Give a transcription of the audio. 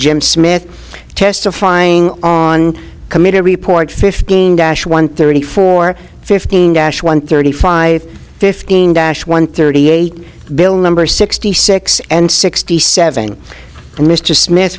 jim smith testifying on committee report fifteen dash one thirty four fifteen dash one thirty five fifteen dash one thirty eight bill number sixty six and sixty seven mr smith